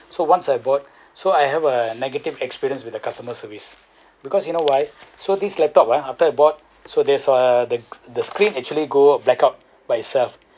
so once I bought so I have a negative experience with the customer service because you know why so this laptop ah after I bought so this one the the screen actually go blackout by itself